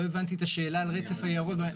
לא הבנתי את השאלה על רצף היערות.